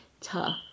tough